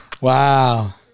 Wow